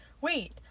Wait